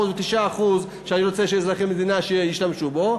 ו-9% שאני רוצה שאזרחי המדינה ישתמשו בה,